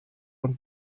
und